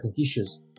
issues